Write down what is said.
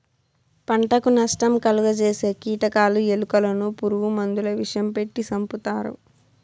పంటకు నష్టం కలుగ జేసే కీటకాలు, ఎలుకలను పురుగు మందుల విషం పెట్టి సంపుతారు